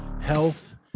health